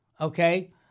okay